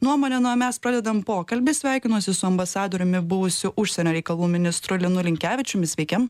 nuomonę na o mes pradedam pokalbį sveikinuosi su ambasadoriumi buvusiu užsienio reikalų ministru linu linkevičiumi sveiki